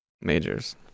majors